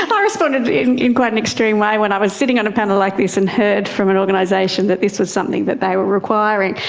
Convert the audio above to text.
and i responded in in quite an extreme way when i was sitting on a panel like this and heard from an organisation that this was something that they were requiring,